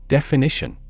Definition